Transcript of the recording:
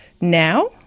now